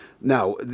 Now